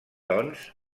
doncs